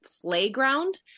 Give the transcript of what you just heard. playground